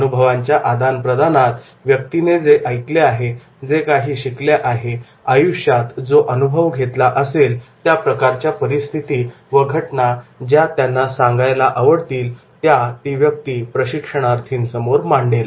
अनुभवांच्या आदानप्रदानात व्यक्तीने जे ऐकले असेल जे काही शिकले असेल आयुष्यात जो अनुभव घेतला असेल त्या प्रकारच्या परिस्थिती व घटना ज्या त्यांना सांगायला आवडतील त्या ती व्यक्ती प्रशिक्षणार्थीसमोर मांडेल